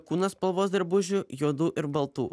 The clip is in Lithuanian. kūno spalvos drabužių juodų ir baltų